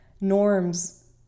Norm's